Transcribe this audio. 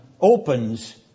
opens